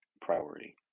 priority